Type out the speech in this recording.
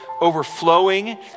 overflowing